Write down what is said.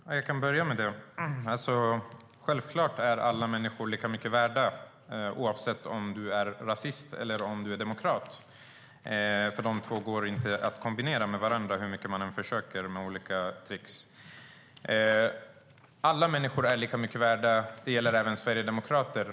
Fru talman! Jag kan börja med det sistnämnda. Självklart är alla människor lika mycket värda, oavsett om de är rasister eller demokrater. De två sakerna går inte att kombinera med varandra, hur mycket man än försöker med olika trix. Alla människor är lika mycket värda. Det gäller även sverigedemokrater.